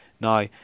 Now